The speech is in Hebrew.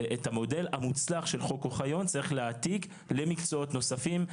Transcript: את המודל המוצלח של חוק אוחיון צריך להעתיק למקצועות נוספים.